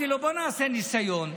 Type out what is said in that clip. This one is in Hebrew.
בוא נעשה ניסיון.